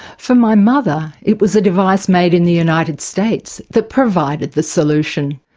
for my mother it was device made in the united states that provided the solution.